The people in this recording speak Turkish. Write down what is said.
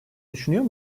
düşünüyor